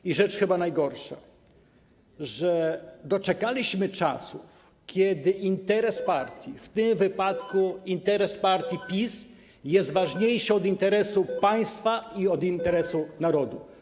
I rzecz chyba najgorsza: Doczekaliśmy czasów, kiedy interes partii, w tym wypadku interes partii PiS, jest ważniejszy od interesu państwa i od interesu narodu.